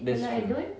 that's true